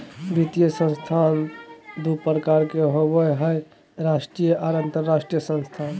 वित्तीय संस्थान दू प्रकार के होबय हय राष्ट्रीय आर अंतरराष्ट्रीय संस्थान